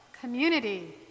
community